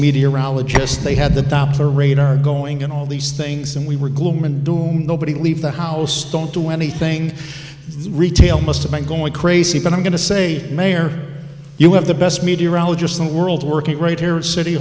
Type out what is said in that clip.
meteorologists they had the doppler radar going and all these things and we were gloom and doom nobody leave the house don't do anything retail must have been going crazy but i'm going to say mayor you have the best meteorologist in the world work it right here at city